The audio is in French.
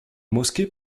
mosquée